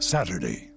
Saturday